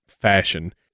fashion